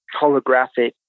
holographic